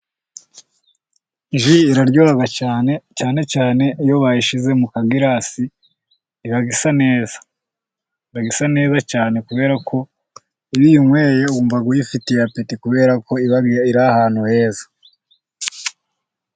Ji iraryoha cyane, cyane cyane iyo bayishyize mu kagiras,i iba isa neza, iba isa neza cyane, kubera ko iyo uyinnyweye wumva uyifitiye apeti kubera ko iba iri ahantu heza.